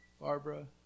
Barbara